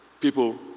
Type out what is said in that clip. people